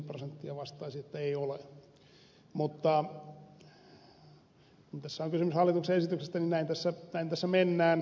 mutta kun tässä on kysymys hallituksen esityksestä niin näin tässä mennään